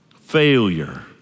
failure